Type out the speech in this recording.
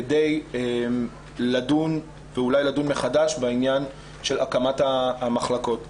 כדי אולי לדון מחדש בעניין הקמת המחלקות.